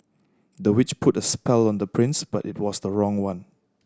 the witch put a spell on the prince but it was the wrong one